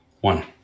One